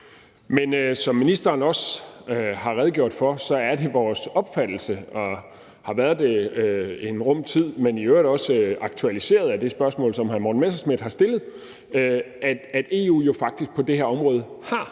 Men som ministeren også har redegjort for, er det vores opfattelse og har været det en rum tid – men i øvrigt også aktualiseret af det spørgsmål, som hr. Morten Messerschmidt har stillet – at EU jo faktisk på det her område har